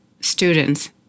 students